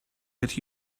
get